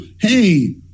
hey